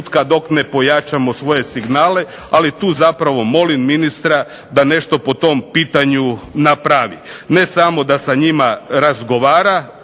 dok ne pojačamo svoje signale, ali tu zapravo molim ministra da nešto po tom pitanju napravi. Ne samo da sa njima razgovara,